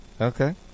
Okay